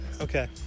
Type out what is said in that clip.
Okay